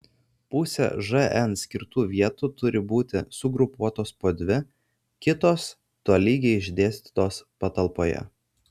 pusė žn skirtų vietų turi būti sugrupuotos po dvi kitos tolygiai išdėstytos patalpoje